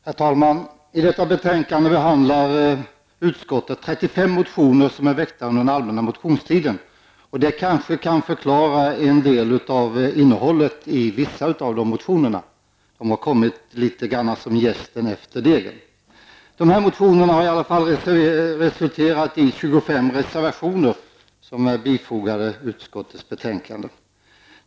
Herr talman! I detta betänkande behandlar utskottet 35 motioner som är väckta under den allmänna motionstiden. Det kanske kan förklara en del av innehållet i vissa av motionerna. De har kommit litet grand som jästen efter degen. Motionerna har i alla fall resulterat i 25 reservationer som är bifogade utskottets betänkande.